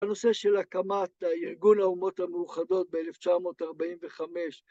‫הנושא של הקמת ‫ארגון האומות המאוחדות ב-1945.